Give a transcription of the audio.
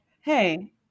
hey